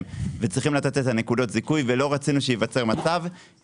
וצריכים לתת את נקודות הזיכוי ולא רצינו שייווצר מצב --- של ואקום.